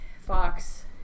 Fox